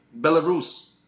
Belarus